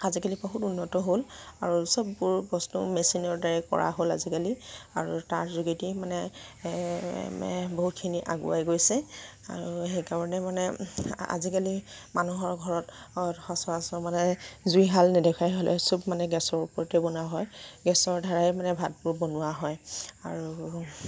আজিকালি বহুত উন্নত হ'ল আৰু চববোৰ বস্তু মেচিনৰ দ্বাৰাই কৰা হ'ল আজিকালি আৰু তাৰ যোগেদিয়ে মানে এ বহুখিনি আগুৱাই গৈছে আৰু সেইকাৰণে মানে আজিকালি মানুহৰ ঘৰত সচৰাচৰ মানে জুইশাল নেদেখাই হ'ল চব মানে গেছৰ ওপৰতে বনোৱা হয় গেছৰ দ্বাৰাই মানে ভাতবোৰ বনোৱা হয় আৰু